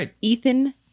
Ethan